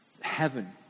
Heaven